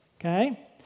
okay